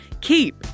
keep